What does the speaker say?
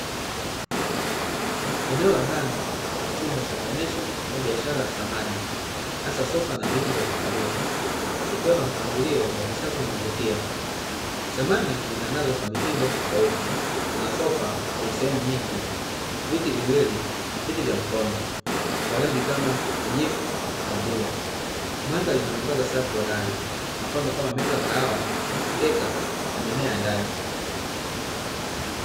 Eneo la ndani la chumba cha maonesho au biashara ya samani hasa sofa na viti vya kukalia, ikiwa na mpangilio wa kisasa na unaovutia. Samani zimetandazwa kwa mitindo tofauti, kuna: sofa yenye sehemu nyingi, viti viwili na viti vya mkono; kwa rangi kama kijivu na bluu. Mandhari ina mwangaza safi wa dari; mapambo kama meza ya kahawa, mikeka na mimea ya ndani.